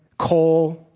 coal.